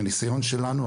מניסיון שלנו,